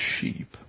sheep